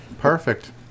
Perfect